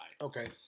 Okay